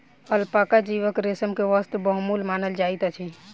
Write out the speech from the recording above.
alpaca जीवक रेशम के वस्त्र बहुमूल्य मानल जाइत अछि